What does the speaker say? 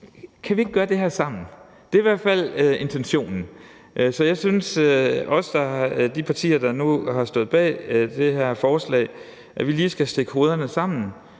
Kan vi ikke gøre det her sammen? Det er i hvert fald intentionen. Så jeg synes, at de partier, der nu har stået bag det her forslag, lige skal stikke hovederne sammen